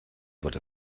wird